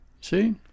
See